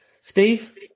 Steve